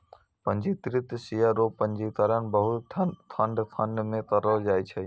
पंजीकृत शेयर रो पंजीकरण बहुते खंड खंड मे करलो जाय छै